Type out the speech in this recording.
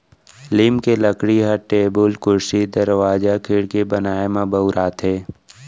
लीम के लकड़ी ह टेबुल, कुरसी, दरवाजा, खिड़की बनाए म बउराथे